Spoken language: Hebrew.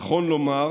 נכון לומר